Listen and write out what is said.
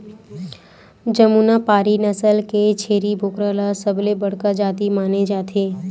जमुनापारी नसल के छेरी बोकरा ल सबले बड़का जाति माने जाथे